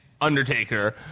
Undertaker